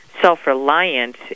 self-reliant